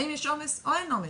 האם יש עומס או אין עומס?